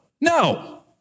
No